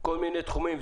בכל מיני תחומים.